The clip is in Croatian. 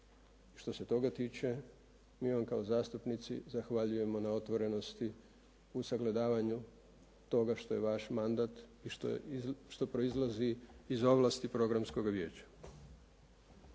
Što se toga tiče mi vam kao zastupnici zahvaljujemo na otvorenosti u sagledavanju toga što je vaš mandat i što proizlazi iz ovlasti programskog vijeća.